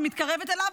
ומתקרבת אליו,